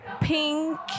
pink